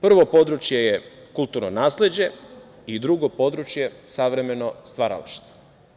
Prvo područje je kulturno nasleđe i drugo područje je savremeno stvaralaštvo.